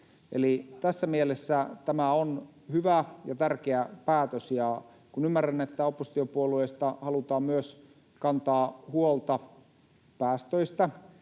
Eli tässä mielessä tämä on hyvä ja tärkeä päätös. Kun ymmärrän, että oppositiopuolueista halutaan myös kantaa huolta päästöistä,